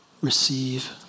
receive